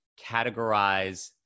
categorize